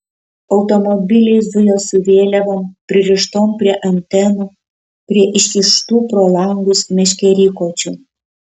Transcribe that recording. automobiliai zujo su vėliavom pririštom prie antenų prie iškištų pro langus meškerykočių